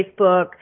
Facebook